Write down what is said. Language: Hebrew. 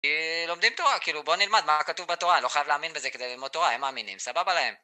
כי לומדים תורה כאילו בוא נלמד מה כתוב בתורה לא חייב להאמין בזה כדי ללמוד תורה הם מאמינים סבבה להם